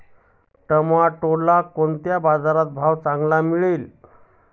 टोमॅटोला कोणत्या बाजारात चांगला भाव मिळेल?